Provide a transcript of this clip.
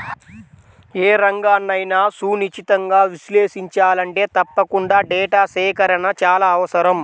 ఏ రంగన్నైనా సునిశితంగా విశ్లేషించాలంటే తప్పకుండా డేటా సేకరణ చాలా అవసరం